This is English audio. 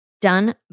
done